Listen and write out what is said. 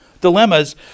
dilemmas